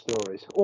stories